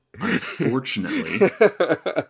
Unfortunately